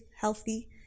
healthy